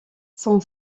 son